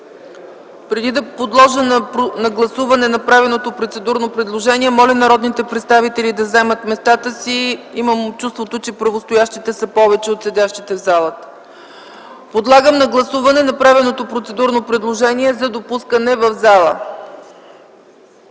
Преди да подложа на гласуване направеното процедурно предложение, моля народните представители да заемат местата си – имам чувството, че правостоящите са повече от седящите в залата. Подлагам на гласуване направеното процедурно предложение за допускане в